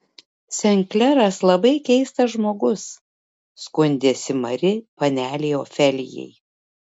sen kleras labai keistas žmogus skundėsi mari panelei ofelijai